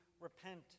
repent